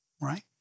right